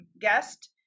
guest